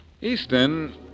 Easton